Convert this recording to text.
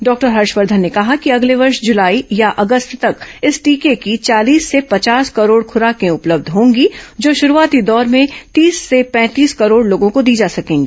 doctor Harshvardhan ने कहा कि अगले वर्ष जुलाई या अगस्त तक इस टीके की चालीस से पचास करोड़ खुराकें उपलब्ध होंगी जो शुरूआती दौर में तीस से पैंतीस करोड़ लोगों को दी जा सकेंगी